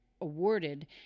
awarded